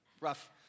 Rough